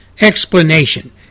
explanation